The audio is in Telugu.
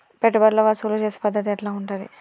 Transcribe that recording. పెట్టుబడులు వసూలు చేసే పద్ధతి ఎట్లా ఉంటది?